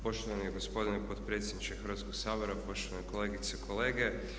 Poštovani gospodine potpredsjedniče Hrvatskog sabora, poštovane kolegice i kolege.